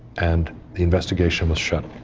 and the investigation was shut.